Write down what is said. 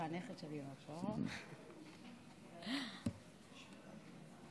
עצמי איך להתמודד עם המשימה המאתגרת הזאת